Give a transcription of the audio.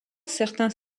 certains